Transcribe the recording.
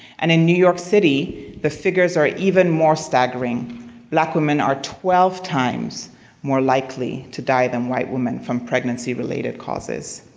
and in new york city the figures are even more staggering black women are twelve times more likely to die than white women from pregnancy-related causes.